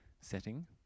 setting